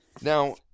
Now